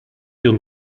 ihren